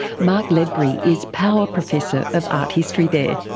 mark ledbury is power professor of art history there.